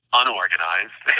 unorganized